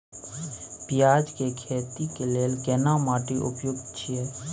पियाज के खेती के लेल केना माटी उपयुक्त छियै?